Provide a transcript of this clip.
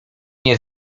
nie